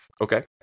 Okay